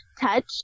touch